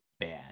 bad